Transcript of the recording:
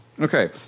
Okay